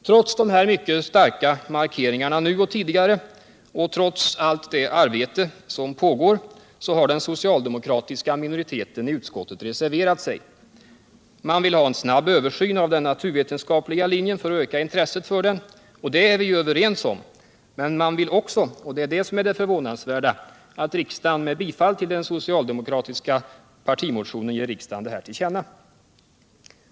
Trots de här mycket starka markeringarna nu och tidigare och trots allt det arbete som pågår har den socialdemokratiska minoriteten i utskottet reserverat sig. Man vill ha en snabb översyn av den naturvetenskapliga linjen föratt öka intresset för den — och der är vi ju överens om — men man vill också —- och detta är förvånansvärt — att riksdagen med bifall till den socialdemokratiska partimotionen ger regeringen detta till känna.